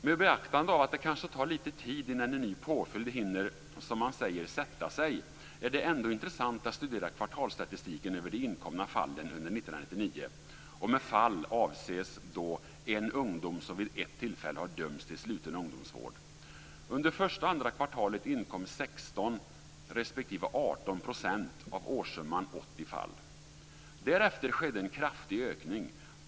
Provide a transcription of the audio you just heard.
Med beaktande av att det kanske tar lite tid innan en nu påföljd hinner, som man säger, sätta sig är det ändå intressant att studera kvartalsstatistiken över de inkomna fallen under 1999. Med fall avses då en ungdom som vid ett tillfälle har dömts till sluten ungdomsvård. Under första och andra kvartalet inkom 16 % resp. 18 % av årssumman 80 fall. Därefter skedde en kraftig ökning.